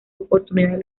oportunidades